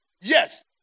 Yes